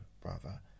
brother